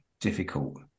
difficult